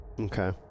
Okay